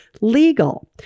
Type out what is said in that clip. legal